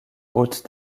haute